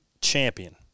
champion